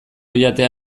jatea